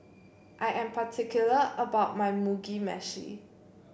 I am particular about my Mugi Meshi